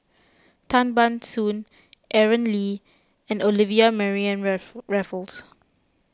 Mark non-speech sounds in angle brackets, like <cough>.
Tan Ban Soon Aaron Lee and Olivia Mariamne <unintelligible> Raffles